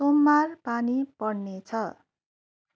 सोमबार पानी पर्नेछ